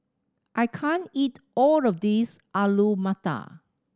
I can't eat all of this Alu Matar